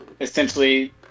essentially